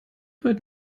heute